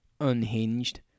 unhinged